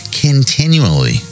continually